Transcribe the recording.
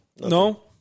No